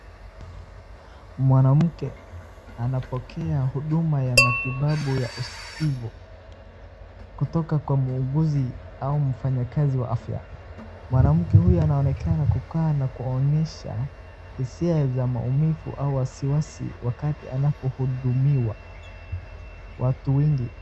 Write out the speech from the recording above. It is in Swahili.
Mwanamke anapokea huduma ya matibabu ya usikivu kutoka kwa muuguzi au mfanyakazi wa afya. Mwanamke huyu anaonekana kukaa na kuonyesha hisia za maumivu au wasiwasi wakati anapohudumiwa. Watu wengi